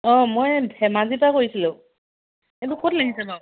অঁ মই ধেমাজিপা কৰিছিলোঁ এইটো ক'ত লাগিছে বাৰু